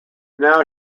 now